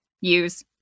use